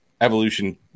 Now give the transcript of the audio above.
evolution